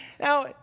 Now